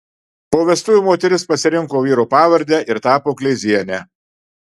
po vestuvių moteris pasirinko vyro pavardę ir tapo kleiziene